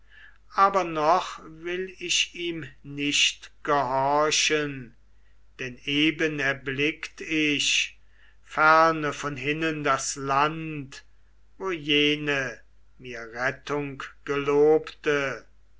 aber noch will ich ihm nicht gehorchen denn eben erblickt ich ferne von hinnen das land wo jene mir rettung gelobte